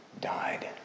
died